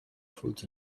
fruits